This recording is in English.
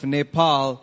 Nepal